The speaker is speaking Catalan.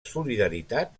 solidaritat